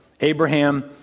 Abraham